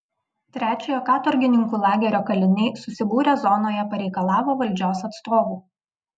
trečiojo katorgininkų lagerio kaliniai susibūrę zonoje pareikalavo valdžios atstovų